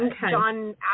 John